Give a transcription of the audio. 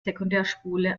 sekundärspule